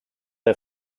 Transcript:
der